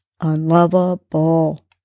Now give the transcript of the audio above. unlovable